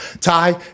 Ty